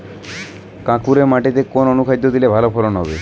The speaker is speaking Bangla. কাঁকুরে মাটিতে কোন অনুখাদ্য দিলে ভালো ফলন হবে?